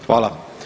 Hvala.